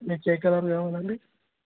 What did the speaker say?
మీకు ఏ కలర్ కావాలండి